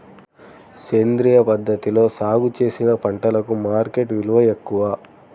సేంద్రియ పద్ధతిలో సాగు చేసిన పంటలకు మార్కెట్ విలువ ఎక్కువ